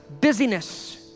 busyness